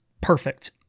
perfect